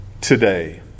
today